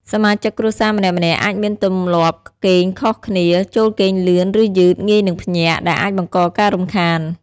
សមាជិកគ្រួសារម្នាក់ៗអាចមានទម្លាប់គេងខុសគ្នា ចូលគេងលឿន ឬយឺត ងាយនឹងភ្ញាក់ ដែលអាចបង្កការរំខាន។